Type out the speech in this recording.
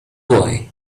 boy